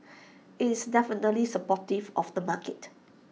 IT is definitely supportive of the market